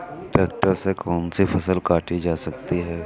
Tractor से कौन सी फसल काटी जा सकती हैं?